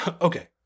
Okay